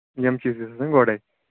یِم چیٖز گٔژھۍ آسٕنۍ گۄڈَے